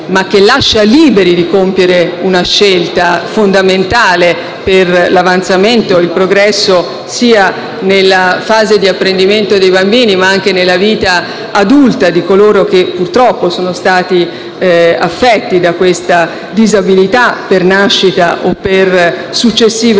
ma lascia liberi di compiere una scelta fondamentale per l'avanzamento e il progresso, sia nella fase di apprendimento dei bambini, sia nella vita adulta di coloro che, purtroppo, sono affetti da questa disabilità, per nascita o per successive esperienze;